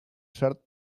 cert